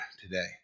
today